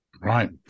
Right